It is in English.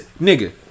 Nigga